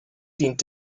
dient